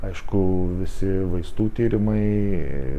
aišku visi vaistų tyrimai